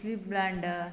स्विबलांडा